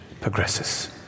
progresses